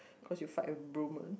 cause you fight a